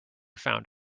found